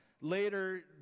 Later